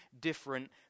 different